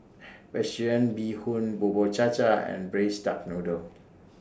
Vegetarian Bee Hoon Bubur Cha Cha and Braised Duck Noodle